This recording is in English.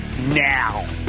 now